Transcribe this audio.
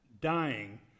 dying